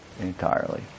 entirely